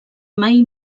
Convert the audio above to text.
mai